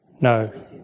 No